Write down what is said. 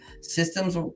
Systems